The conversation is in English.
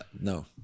No